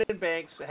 Banks